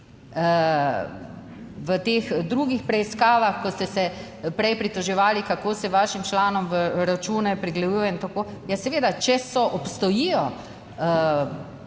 v teh drugih preiskavah, ko ste se prej pritoževali, kako se vašim članom v račune pregleduje in tako, ja, seveda, če obstojijo